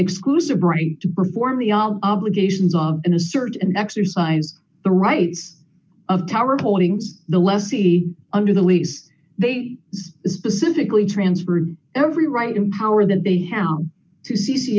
exclusive right to perform the obligations of an assert and exercise the rights of the lessee under the lease they specifically transferred every right in power that they have to c c